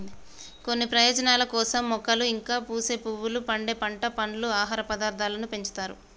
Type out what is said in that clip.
కొన్ని ప్రయోజనాల కోసం మొక్కలు ఇంకా పూసే పువ్వులు, పండే పంట, పండ్లు, ఆహార పదార్థాలను పెంచుతారు